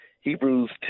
Hebrews